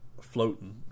floating